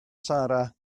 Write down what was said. sara